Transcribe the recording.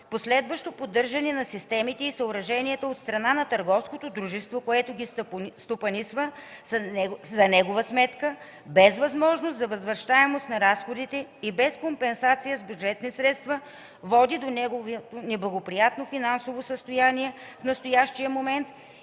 последващо поддържане на системите и съоръженията от страна на търговското дружество, което ги стопанисва, са за негова сметка, без възможност за възвръщаемост на разходите и без компенсация с бюджетни средства, което води до неговото неблагоприятно финансово състояние в настоящия момент